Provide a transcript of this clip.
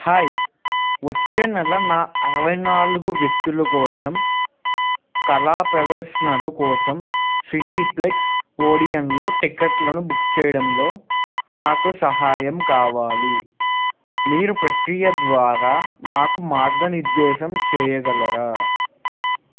hi వచ్చే నెల నా అరవై నాలుగు వ్యక్తుల కోసం కళా ప్రదర్శనలు కోసం సినీప్లెక్స్ ఓడియన్లో టిక్కెట్లను బుక్ చేయడంలో నాకు సహాయం కావాలి మీరు ప్రక్రియ ద్వారా నాకు మార్గనిర్దేశం చేయగలరా